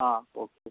ആ ഓക്കെ